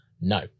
No